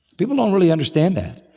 people don't really understand that.